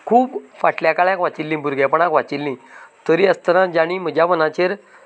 खूब फाटल्या काळांत वाचिल्लीं भुरगेंपणांत वाचिल्लीं तरी आसतना जाणीं म्हज्या मनाचेर